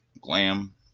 glam